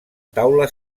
taula